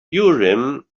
urim